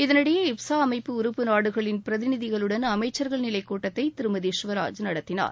இதனிடையே இப்சா அமைப்பு உருப்பு நாடுகளின் பிரதிநிதிகளுடன் அமைச்சர்கள் நிலைக்கூட்டத்தை திருமதி குவராஜ் நடத்தினார்